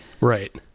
right